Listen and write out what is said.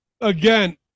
Again